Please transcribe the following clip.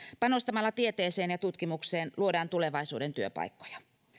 panostamalla tieteeseen ja tutkimukseen luodaan tulevaisuuden työpaikkoja